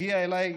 הגיע אליי,